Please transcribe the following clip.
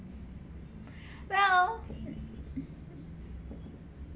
well